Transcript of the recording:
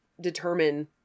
determine